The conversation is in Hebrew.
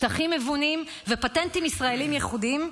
שטחים מבונים ופטנטים ישראליים ייחודיים.